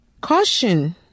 Caution